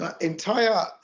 entire